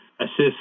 assist